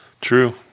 true